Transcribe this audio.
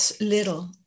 little